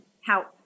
help